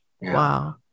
Wow